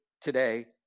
Today